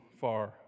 far